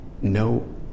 no